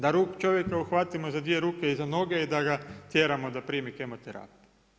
Na ruk čovjeka uhvatimo za dvije ruke i za noge i da ga tjeramo da primi kemoterapiju.